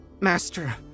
Master